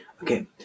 okay